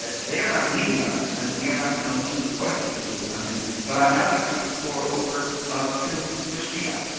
they are not leaving us, and we are not going to lose the questions that have come in. but i'm now going to turn the floor over to kristina.